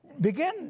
begin